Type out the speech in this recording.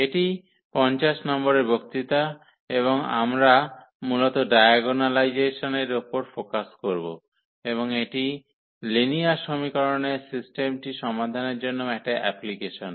এটি 50 নম্বরের বক্তৃতা এবং আমরা মূলত ডায়াগোনালাইজেশন এর উপর ফোকাস করব এবং এটি লিনিয়ার সমীকরণের সিস্টেমটি সমাধানের জন্যও একটা অ্যাপ্লিকেশন